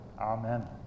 Amen